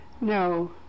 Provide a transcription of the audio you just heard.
No